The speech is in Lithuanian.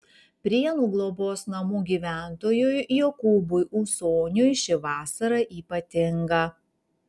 prienų globos namų gyventojui jokūbui ūsoniui ši vasara ypatinga